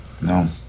No